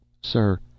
Sir